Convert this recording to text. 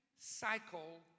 cycle